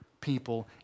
people